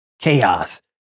chaos